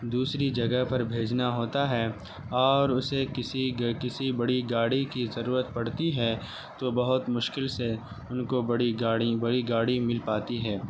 دوسری جگہ پر بھیجنا ہوتا ہے اور اسے کسی بڑی گاڑی کی ضرورت پڑتی ہے تو بہت مشکل سے ان کو بڑی گاڑی بڑی گاڑی مل پاتی ہے